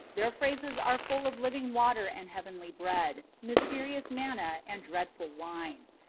their phrases are full of living water and heavenly bread, mysterious manna and dreadful wine.